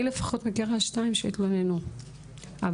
אני לפחות מכירה שתיים שהתלוננו אבל.